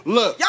Look